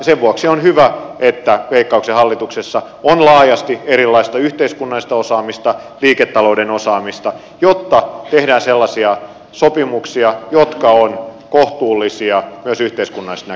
sen vuoksi on hyvä että veikkauksen hallituksessa on laajasti erilaista yhteiskunnallista osaamista liiketalouden osaamista jotta tehdään sellaisia sopimuksia jotka ovat kohtuullisia myös yhteiskunnasta